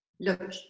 Look